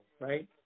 right